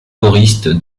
choriste